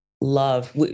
love